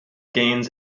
gains